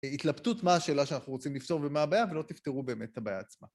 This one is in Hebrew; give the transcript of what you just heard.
התלבטות מה השאלה שאנחנו רוצים לפתור ומה הבעיה, ולא תפתרו באמת את הבעיה עצמה.